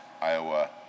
Iowa